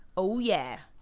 oh yeah.